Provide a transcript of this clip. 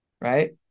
right